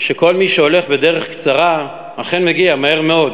שכל מי שהולך בדרך קצרה אכן מגיע מהר מאוד